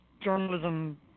journalism